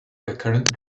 recurrent